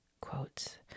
quotes